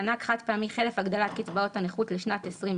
הוראת שעה) (מענק חד-פעמי חלף הגדלת קצבאות הנכות לשנת 2020)